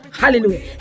Hallelujah